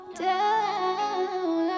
down